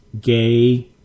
gay